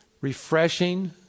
refreshing